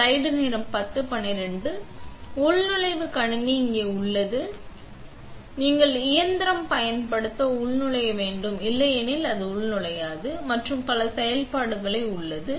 எனவே உள்நுழைவு கணினி இங்கே உள்ளது நீங்கள் இயந்திரம் பயன்படுத்த உள்நுழைய வேண்டும் இல்லையெனில் அது உள்நுழையாது மற்றும் பல செயல்பாடுகளை உள்ளது